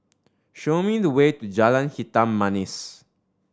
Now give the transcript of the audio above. show me the way to Jalan Hitam Manis